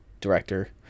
director